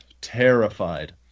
terrified